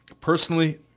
Personally